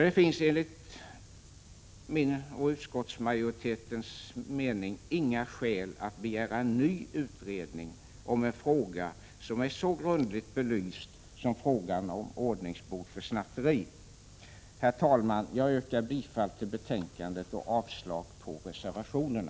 Det finns enligt min och utskottsmajoritetens mening inga skäl att begära en ny utredning om en fråga som är så grundligt belyst som frågan om ordningsbot vid snatteri. Herr talman! Jag yrkar bifall till utskottets hemställan i betänkandet och avslag på reservationerna.